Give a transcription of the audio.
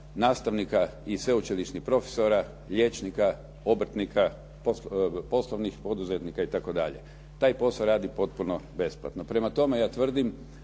nastavnika i sveučilišnih profesora, liječnika, obrtnika, poslovnih poduzetnika itd. Taj posao radi potpuno besplatno. Prema tome, ja tvrdim